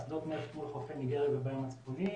שדות נפט מול חופי ניגריה ובים הצפוני,